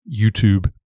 YouTube